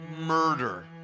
murder